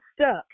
stuck